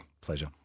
Pleasure